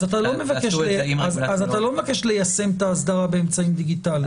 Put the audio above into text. אתה לא מבקש ליישם את האסדרה באמצעים דיגיטליים.